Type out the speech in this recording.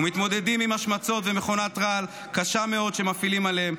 ומתמודדים עם השמצות ומכונת רעל קשה מאוד שמפעילים עליהם,